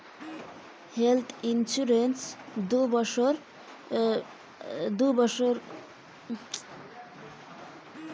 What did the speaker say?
Health insurance ওত কত টাকা দেয়?